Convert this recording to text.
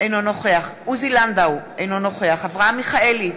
אינו נוכח עוזי לנדאו, אינו נוכח אברהם מיכאלי,